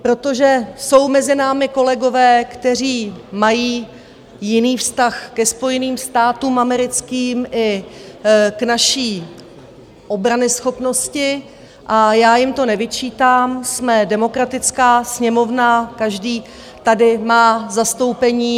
Protože jsou mezi námi kolegové, kteří mají jiný vztah ke Spojeným státům americkým i k naší obranyschopnosti, a já jim to nevyčítám, jsme demokratická Sněmovna, každý tady má zastoupení.